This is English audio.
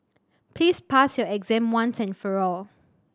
please pass your exam once and for all